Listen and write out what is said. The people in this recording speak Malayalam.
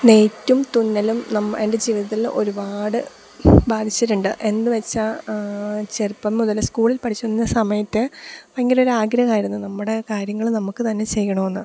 നെയ്ത്തും തുന്നലും എൻ്റെ ജീവിതത്തിൽ ഒരുപാട് ബാധിച്ചിട്ടുണ്ട് എന്നു വെച്ചാൽ ചെറുപ്പം മുതലെ സ്കൂളിൽ പഠിച്ചുകൊണ്ടിരുന്ന സമയത്ത് ഭയങ്കര ഒരു ആഗ്രഹമായിരുന്നു നമ്മുടെ കാര്യങ്ങൾ നമുക്ക് തന്നെ ചെയ്യണമെന്ന്